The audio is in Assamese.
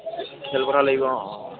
খেলপথাৰ লাগিব অঁ অঁ